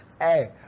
Hey